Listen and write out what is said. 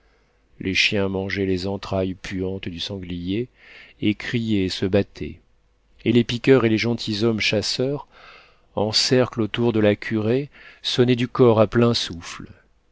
les chiens mangeaient les entrailles puantes du sanglier et criaient et se battaient et les piqueurs et les gentilshommes chasseurs en cercle autour de la curée sonnaient du cor à plein souffle